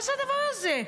מה זה הדבר הזה?